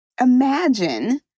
Imagine